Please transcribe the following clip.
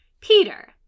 Peter